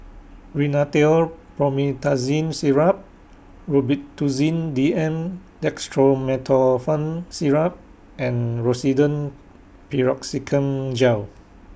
Rhinathiol Promethazine Syrup Robitussin D M Dextromethorphan Syrup and Rosiden Piroxicam Gel